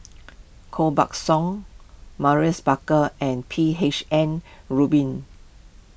Koh Buck Song Maurice Baker and P H N Rubin